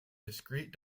discrete